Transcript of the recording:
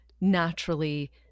naturally